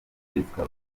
jessica